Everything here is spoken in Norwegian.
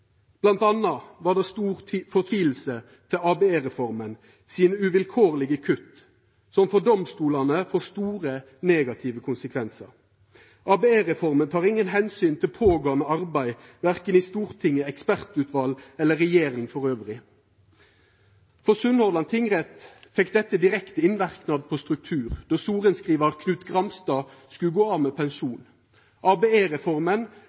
var det stor fortviling over ABE-reforma sine uvilkårlege kutt, som for domstolane får store negative konsekvensar. ABE-reforma tek ingen omsyn til pågåande arbeid, verken i Stortinget, i ekspertutval eller i regjeringa elles. For Sunnhordland tingrett fekk dette direkte innverknad på strukturen då sorenskrivar Knut Gramstad skulle gå av med